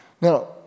Now